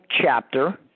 chapter